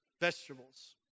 vegetables